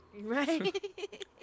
Right